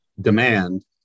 demand